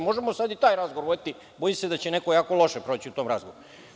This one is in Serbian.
Možemo sad i taj razgovor voditi, ali bojim se da će neko jako loše proći u tom razgovoru.